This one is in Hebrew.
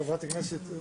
חברת הכנסת,